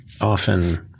often